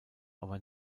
aber